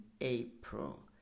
April